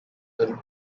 the